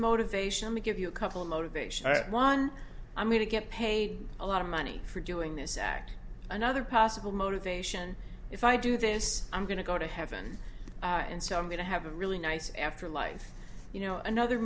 motivation to give you a couple of motivation at one i'm going to get paid a lot of money for doing this act another possible motivation if i do this i'm going to go to heaven and so i'm going to have a really nice afterlife you know another